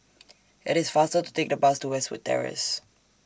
IT IS faster to Take The Bus to Westwood Terrace